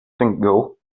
single